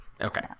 Okay